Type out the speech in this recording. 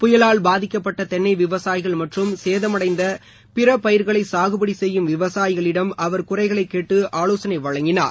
புயலால் பாதிக்கப்பட்ட தென்னை விவசாயிகள் மற்றும் சேதமடைந்த பிற பயிர்களை சாகுபடி செய்யும் விவசாயிகளிடம் அவர் குறைகளை கேட்டு ஆலோசனை வழங்கினார்